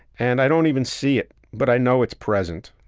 and i don't even see it, but i know it's present.